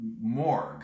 morgue